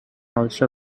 also